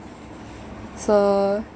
so